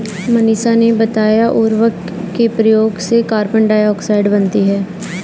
मनीषा ने बताया उर्वरक के प्रयोग से कार्बन डाइऑक्साइड बनती है